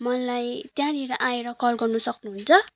मलाई त्यहाँनिर आएर कल गर्नु सक्नुहुन्छ